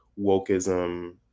wokeism